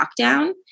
lockdown